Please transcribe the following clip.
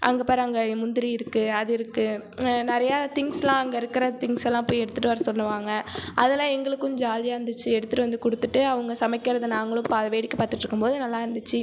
அங்கே பார் அங்கே முந்திரி இருக்குது அது இருக்குது ந நிறையா திங்க்ஸெலாம் அங்கே இருக்கிற திங்க்ஸெல்லாம் போய் எடுத்துகிட்டு வர சொல்லுவாங்க அதெல்லாம் எங்களுக்கும் ஜாலியாக இருந்துச்சு எடுத்துகிட்டு வந்து கொடுத்துட்டு அவங்க சமைக்கிறதை நாங்களும் பா வேடிக்கை பார்த்துட்ருக்கும்போது நல்லாருந்துச்சு